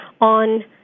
on